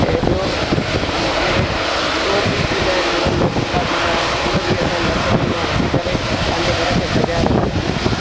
ऐं ॿियो जे के शोपीस ईंदा आहिनि वणनि में सुठा सुठा उहे बि असां नसरियुनि मां वठी करे पंहिंजे घर खे सजाए रखंदा आहियूं